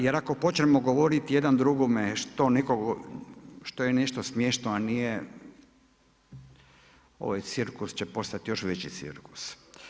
Jer ako počnemo govoriti jedan drugome što je nešto smiješno a nije, ovaj cirkus će postati još veći cirkus.